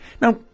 Now